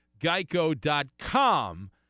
geico.com